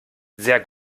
sehr